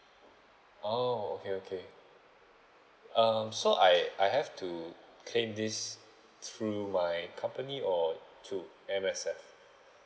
oh okay okay uh so I I have to claim this through my company or through M_S_F